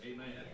Amen